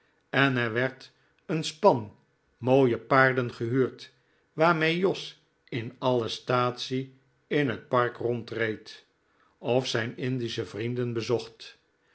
en er werd een span mooie paarden gehuurd waarmee jos in alle statie in het park rondreed of zijn indische vrienden bezocht